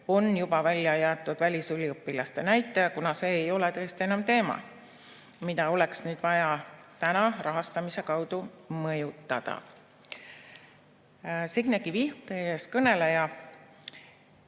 on juba välja jäetud välisüliõpilaste näitaja, kuna see ei ole tõesti enam teema, mida oleks vaja rahastamise kaudu mõjutada. Signe Kivi, teie ees kõneleja